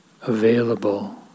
available